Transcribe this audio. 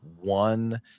one